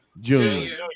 Junior